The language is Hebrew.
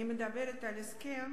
אני מדברת על הסכם